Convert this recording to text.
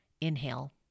Inhale